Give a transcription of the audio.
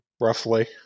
roughly